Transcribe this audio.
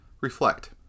Reflect